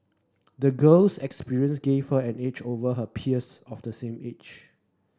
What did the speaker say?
the girl's experience gave her an edge over her peers of the same age